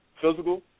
physical